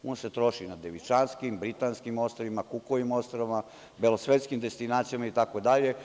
On se troši na Devičanskim, Britanskim ostrvima, Kukovim ostrvima, belosvetskim destinacijama itd.